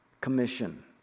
commission